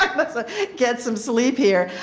like but get some sleep here